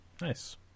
Nice